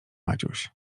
maciuś